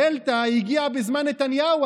הדלתא הגיעה בזמן נתניהו,